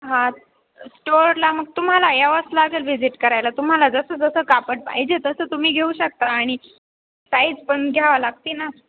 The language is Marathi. हां स्टोअरला मग तुम्हाला यावंच लागेल व्हिजिट करायला तुम्हाला जसं जसं कापड पाहिजे तसं तुम्ही घेऊ शकता आणि साईज पण घ्यावं लागते ना